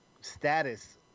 status